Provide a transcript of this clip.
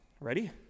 Ready